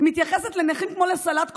מתייחסת לנכים כמו לסלט קומפוט.